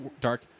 dark